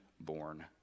born